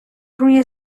روی